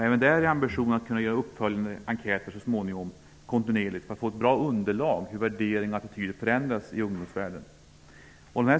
Även i detta fall är ambitionen att så småningom göra uppföljningar i form av kontinuerliga enkäter, för att få ett bra underlag för hur värderingar och attityder förändras i ungdomsvärlden.